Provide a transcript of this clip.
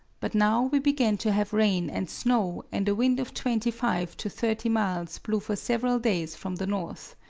but now we began to have rain and snow, and a wind of twenty five to thirty miles blew for several days from the north.